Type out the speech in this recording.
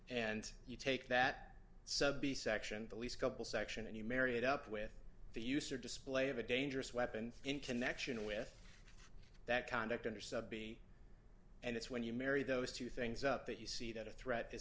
and you take that sub b section the least couple section and you marry it up with the use or display of a dangerous weapon in connection with that conduct under sub b and it's when you marry those two things up that you see that a threat is